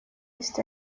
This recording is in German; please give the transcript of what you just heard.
ist